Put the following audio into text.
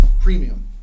premium